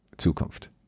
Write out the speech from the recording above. Zukunft